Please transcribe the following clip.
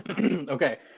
okay